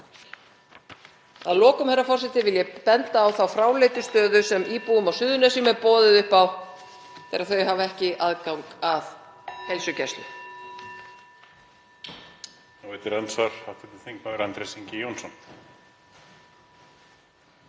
Að lokum, herra forseti, vil ég benda á þá fráleitu stöðu sem íbúum á Suðurnesjum er boðið upp á þegar þeir hafa ekki aðgang að heilsugæslu.